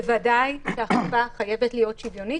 בוודאי שהאכיפה חייבת להיות שוויונית